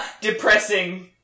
Depressing